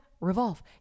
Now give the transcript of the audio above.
Revolve